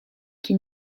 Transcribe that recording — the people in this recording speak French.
qui